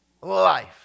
life